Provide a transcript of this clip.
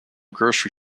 grocery